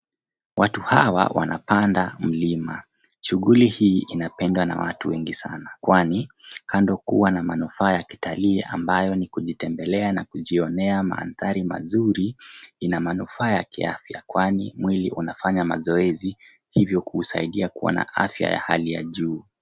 Watu hawa wanapanda mlima, shughuli hii inapendwa na watu wengi sana, kwani kando kuwa na manufaa ya kitalii ambayo ni kujitembelea na kujionea mandhari mazuri, ina manufaa ya kiafya. Kwani mwili unafanya mazoezi hivyo inasaidia kuwa na afya ya hali ya juu.